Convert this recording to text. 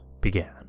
began